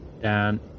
down